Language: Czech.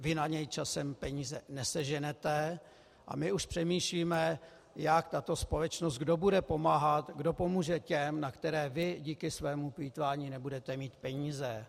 Vy na něj časem peníze neseženete a my už přemýšlíme, jak tato společnost, kdo bude pomáhat, kdo pomůže těm, na které vy díky svému plýtvání nebudete mít peníze.